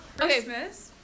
Christmas